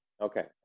Okay